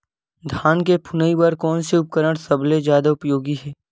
धान के फुनाई बर कोन से उपकरण सबले जादा उपयोगी हे?